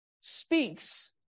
speaks